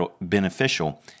beneficial